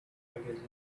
magazine